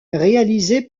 réalisé